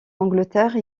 angleterre